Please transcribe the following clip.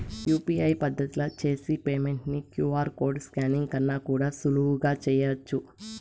UPI పద్దతిల చేసి payment ని క్యూ.ఆర్ కోడ్ స్కానింగ్ కన్నా కూడా సులువుగా చేయచ్చు